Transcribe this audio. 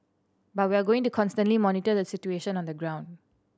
but we are going to constantly monitor the situation on the ground